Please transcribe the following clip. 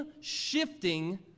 shifting